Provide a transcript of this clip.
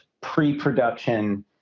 pre-production